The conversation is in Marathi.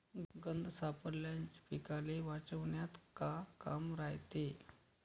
गंध सापळ्याचं पीकाले वाचवन्यात का काम रायते?